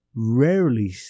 rarely